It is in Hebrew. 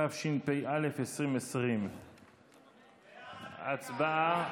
התשפ"א 2020. הצבעה,